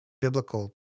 biblical